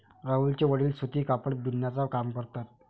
राहुलचे वडील सूती कापड बिनण्याचा काम करतात